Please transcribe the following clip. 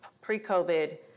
pre-COVID